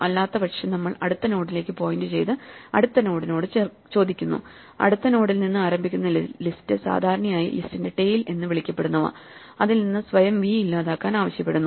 അല്ലാത്തപക്ഷം നമ്മൾ അടുത്ത നോഡിലേക്ക് പോയിന്റ് ചെയ്ത് അടുത്ത നോഡിനോട് ചോദിക്കുന്നു അടുത്ത നോഡിൽ നിന്ന് ആരംഭിക്കുന്ന ലിസ്റ്റ് സാധാരണയായി ലിസ്റ്റിന്റെ ടെയ്ൽ എന്ന് വിളിക്കപ്പെടുന്നവ അതിൽ നിന്ന് സ്വയം v ഇല്ലാതാക്കാൻ ആവശ്യപ്പെടുന്നു